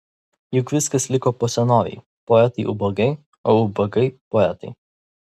juk viskas liko po senovei poetai ubagai o ubagai poetai